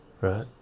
right